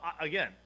again